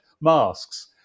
masks